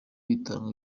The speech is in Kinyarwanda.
iratanga